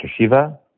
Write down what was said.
Shiva